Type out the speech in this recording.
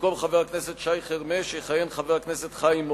במקום חבר הכנסת שי חרמש יכהן חבר הכנסת חיים אורון,